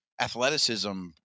athleticism